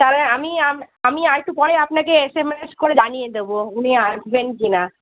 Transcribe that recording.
দাঁড়ান আমি আম আমি আর একটু পরে আপনাকে এসএমএস করে জানিয়ে দেবো উনি আসবেন কি না